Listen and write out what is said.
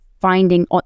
finding